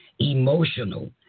emotional